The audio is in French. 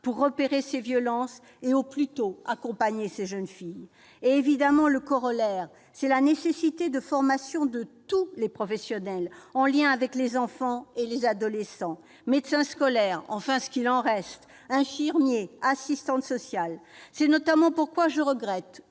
pour repérer les violences et accompagner les jeunes filles au plus tôt. Évidemment, le corollaire, c'est la nécessité de former tous les professionnels qui sont en lien avec les enfants et les adolescents : médecins scolaires- enfin, ce qu'il en reste !-, infirmières, assistantes sociales ... C'est notamment pourquoi je regrette,